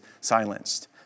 silenced